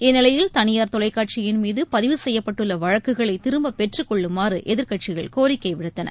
இந்நிலையில் தனியார் தொலைக்காட்சியின் மீது பதிவு செய்யப்பட்டுள்ள வழக்குகளை திரும்பப் பெற்றுக்கொள்ளுமாறு எதிர்கட்சிகள் கோரிக்கை விடுத்தன